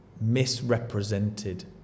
misrepresented